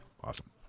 Awesome